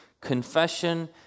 Confession